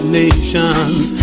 nations